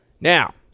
Now